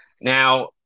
Now